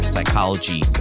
Psychology